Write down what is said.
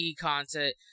content